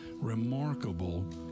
remarkable